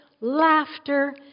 laughter